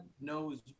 knows